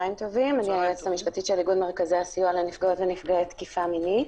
אני היועצת המשפטית של ארגון מרכזי הסיוע לנפגעות ונפגעי תקיפה מינית,